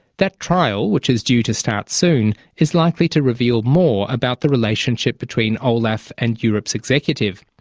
that trial, which is due to start soon, is likely to reveal more about the relationship between olaf and europe's executive.